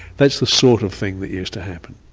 that's the sort of thing that used to happen.